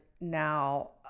now